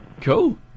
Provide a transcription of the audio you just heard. Cool